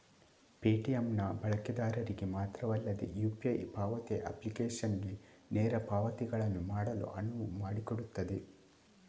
Paytm ನ ಬಳಕೆದಾರರಿಗೆ ಮಾತ್ರವಲ್ಲದೆ ಯು.ಪಿ.ಐ ಪಾವತಿ ಅಪ್ಲಿಕೇಶನಿಗೆ ನೇರ ಪಾವತಿಗಳನ್ನು ಮಾಡಲು ಅನುವು ಮಾಡಿಕೊಡುತ್ತದೆ